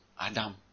Adam